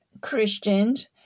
Christians